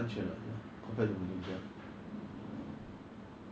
ya lah 他们 Starbucks 那么便宜比我们